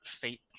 Fate